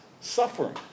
suffering